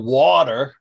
water